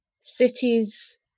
Cities